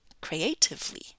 creatively